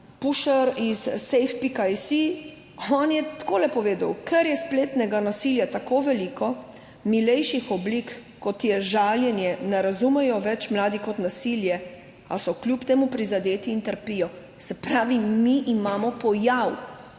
Puschner iz safe.si je takole povedal: »Ker je spletnega nasilja tako veliko, milejših oblik, kot je žaljenje, mladi ne razumejo več kot nasilje, a so kljub temu prizadeti in trpijo.« Se pravi, mi imamo pojav.